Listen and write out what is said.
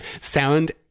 sound